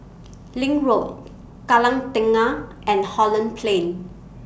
LINK Road Kallang Tengah and Holland Plain